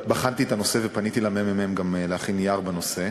בחנתי את הנושא וגם פניתי לממ"מ בבקשה להכין נייר בנושא.